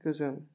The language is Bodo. गोजोन